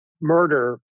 murder